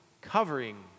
covering